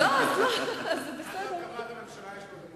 יש לו זמן עד הרכבת הממשלה.